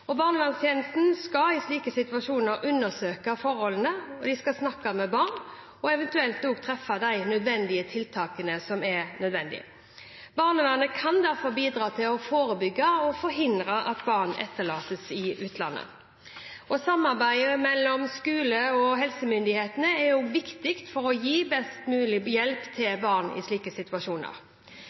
nødvendige tiltakene. Barnevernet kan derfor bidra til å forebygge og forhindre at barn etterlates i utlandet. Samarbeidet mellom skole og helsemyndigheter er også viktig for å gi best mulig hjelp til barn i slike situasjoner.